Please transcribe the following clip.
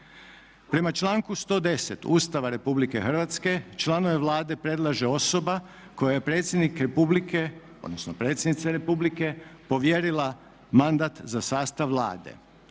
Prema članku 110. Ustava Republike Hrvatske članove Vlade predlaže osoba kojoj je predsjednik republike odnosno predsjednica republike povjerila mandat za sastav Vlade.